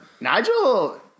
Nigel